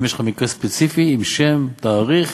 אם יש לך מקרה ספציפי עם שם, תאריך,